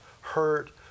hurt